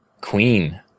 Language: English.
Queen